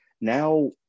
now